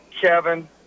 Kevin